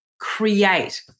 create